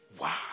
Wow